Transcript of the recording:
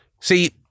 see